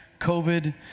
COVID